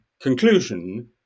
conclusion